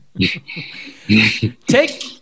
Take